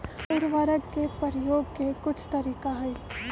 उरवरक के परयोग के कुछ तरीका हई